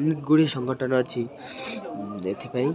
ଅନେକ ଗୁଡ଼ିଏ ସଂଗଠନ ଅଛି ଏଥିପାଇଁ